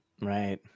Right